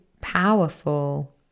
powerful